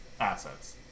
Assets